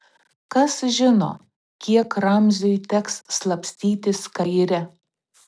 kas žino kiek ramziui teks slapstytis kaire